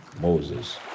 Moses